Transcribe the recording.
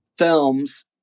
films